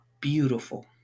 beautiful